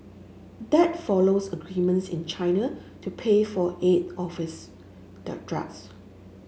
that follows agreements in China to pay for eight of its the drugs